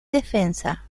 defensa